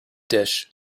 dish